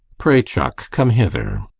pray, chuck, come hither.